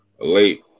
late